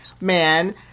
man